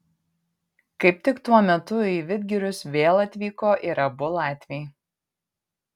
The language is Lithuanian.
kaip tik tuo metu į vidgirius vėl atvyko ir abu latviai